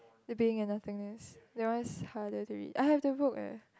the Being of Nothingness that one is harder to read I have the book eh